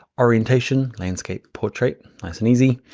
orientation, landscape, portrait. nice and easy.